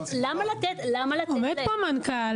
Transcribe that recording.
למה לתת --- עומד פה מנכ"ל,